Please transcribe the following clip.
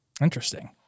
Interesting